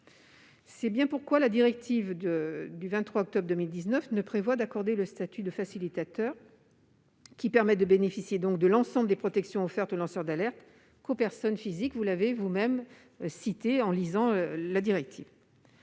raison pour laquelle la directive du 23 octobre 2019 ne prévoit d'accorder le statut de facilitateur, qui permet donc de bénéficier de l'ensemble des protections offertes aux lanceurs d'alerte, qu'aux personnes physiques- vous l'avez vous-même rappelé en citant les termes